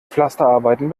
pflasterarbeiten